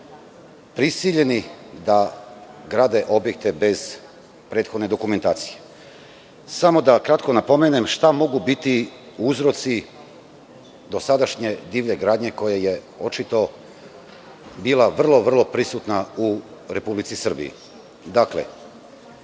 prisiljeni da grade objekte bez prethodne dokumentacije. Samo kratko da napomenem šta mogu biti uzroci dosadašnje divlje gradnje, koja je očito bila vrlo prisutna u Republici Srbiji.